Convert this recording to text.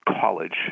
college